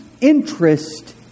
interest